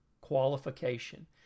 qualification